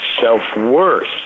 self-worth